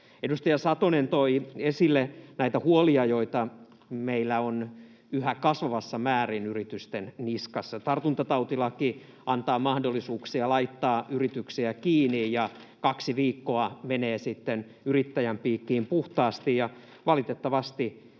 Edustaja Satonen toi esille näitä huolia, joita meillä on yhä kasvavassa määrin yritysten niskassa. Tartuntatautilaki antaa mahdollisuuksia laittaa yrityksiä kiinni, ja kaksi viikkoa menee sitten yrittäjän piikkiin puhtaasti, ja valitettavasti